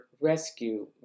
rescue